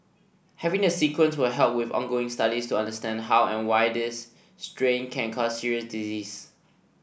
having the sequence will help with ongoing studies to understand how and why this strain can cause serious disease